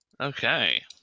Okay